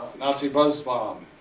nazi buzz bomb.